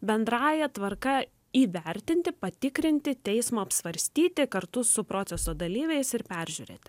bendrąja tvarka įvertinti patikrinti teismo apsvarstyti kartu su proceso dalyviais ir peržiūrėti